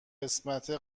قسمتمه